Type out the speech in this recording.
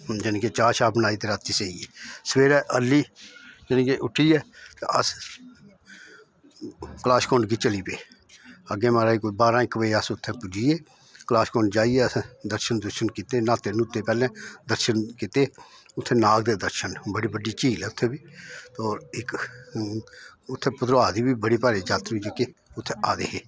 जानि के चाह् शाह् बनाई ते रातीं सेई गे सवेरै अर्ली जानि के उट्ठियै अस कलाश कुंड गी चली पे अग्गें महाराज कोई बारां इक बज़े अस उत्थें पुज्जी गे कलाश कुंड जाइयै असें दर्शन दुर्शन कीते न्हाते न्हूते पैह्लें दर्शन कीते उत्थें नाग दे दर्शन बड़ी बड्डी झील ऐ उत्थें बी होर इक उत्थें भदरवाह् दे बी बड़े भारी जातरू जेह्के उत्थें आए दे हे